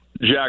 Jack